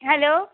hello